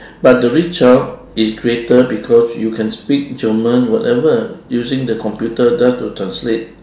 but the reach out is greater because you can speak german whatever using the computer just to translate